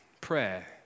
prayer